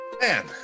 Man